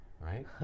right